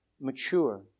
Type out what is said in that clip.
mature